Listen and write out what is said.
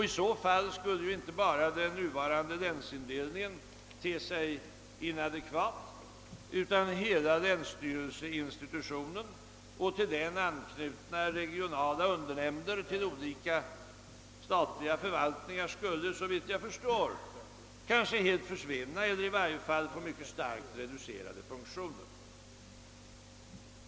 I så fall skulle inte bara den nuvarande länsindelningen te sig inadekvat, utan hela länsstyrelseinstitutionen och till den anknutna regionala undernämnder till olika statliga förvaltningar skulle, såvitt jag förstår, kanske helt försvinna eller i varje fall få mycket starkt reducerade funktioner.